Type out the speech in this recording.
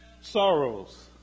sorrows